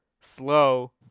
slow